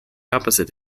opposite